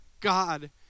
God